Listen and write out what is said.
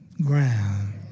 ground